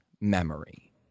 memory